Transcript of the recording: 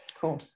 cool